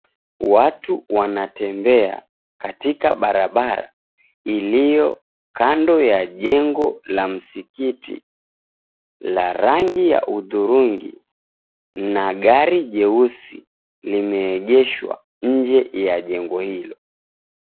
Watu wanatembea katika barabara iliyokando ya jengo la msikiti la rangi ya hudhurungi na gari jeusi limeegeshwa nje ya jengo hilo.